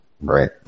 right